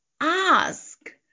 ask